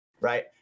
Right